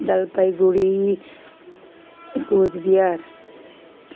Jalpaiguri Cooch Behar